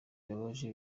bibabaje